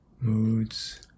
moods